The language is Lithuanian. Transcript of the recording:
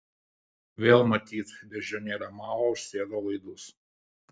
vėl matyt beždžionėlė mao užsėdo laidus